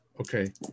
Okay